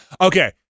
Okay